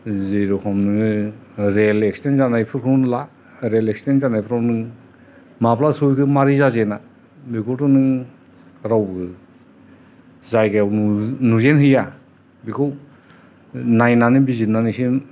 जि रखम नोङो rail accident जानायफोरखौनो ला रेल एक्सिदेन्ट जानायफ्राव नों माब्ला समाव बे माबोरै जाजेना बेखौथ' नों रावबो जायगायाव नुजेन हैया बिखौ नायनानै बिजिरनानैसो